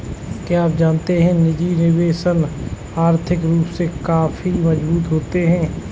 क्या आप जानते है निजी निवेशक आर्थिक रूप से काफी मजबूत होते है?